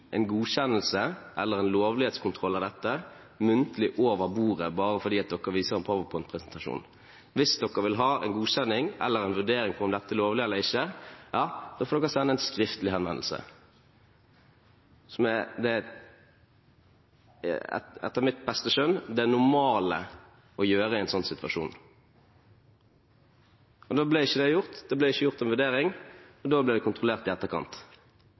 en godkjenning eller en lovlighetskontroll av dette muntlig over bordet bare fordi dere viser en PowerPoint-presentasjon. Hvis dere vil ha en godkjenning eller en vurdering av om dette er lovlig eller ikke, får dere sende en skriftlig henvendelse, som etter mitt beste skjønn er det normale å gjøre i en slik situasjon. Da ble ikke det gjort. Det ble ikke gjort en vurdering. Da ble det kontrollert i etterkant,